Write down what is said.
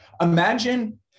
Imagine